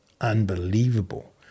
unbelievable